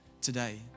today